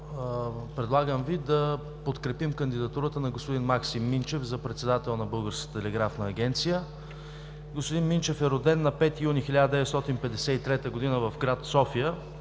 Предлагам Ви да подкрепим кандидатурата на господин Максим Минчев за председател на Българската телеграфна агенция. Господин Минчев е роден на 5 юни 1953 г. в град София.